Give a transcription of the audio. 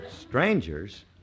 Strangers